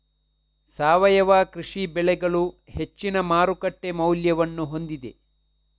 ಸಾವಯವ ಕೃಷಿ ಬೆಳೆಗಳು ಹೆಚ್ಚಿನ ಮಾರುಕಟ್ಟೆ ಮೌಲ್ಯವನ್ನು ಹೊಂದಿದೆ